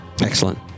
Excellent